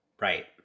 Right